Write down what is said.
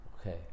okay